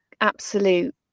absolute